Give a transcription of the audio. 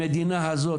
במדינה הזו,